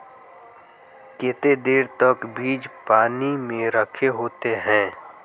केते देर तक बीज पानी में रखे होते हैं?